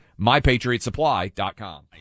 MyPatriotSupply.com